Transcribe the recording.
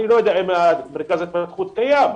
אני לא יודע אם מרכז ההתפתחות קיים,